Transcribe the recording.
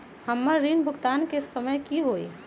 हमर ऋण भुगतान के समय कि होई?